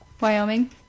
Wyoming